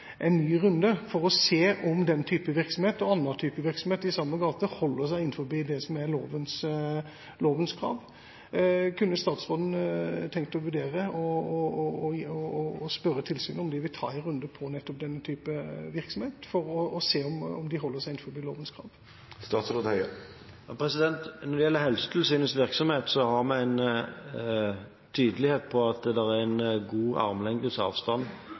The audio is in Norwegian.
runde for å se om den typen virksomhet og annen type virksomhet i samme gate holder seg innenfor det som er lovens krav. Kunne statsråden tenke seg å vurdere å spørre tilsynet om de vil ta en runde på nettopp denne typen virksomhet, for å se om de holder seg innenfor lovens krav? Når det gjelder Helsetilsynets virksomhet, er vi tydelige på at det skal være en god armlengdes avstand